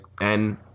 And-